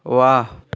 वाह